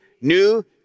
new